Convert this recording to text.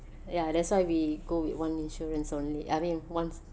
ya that's why we go with one insurance only I mean one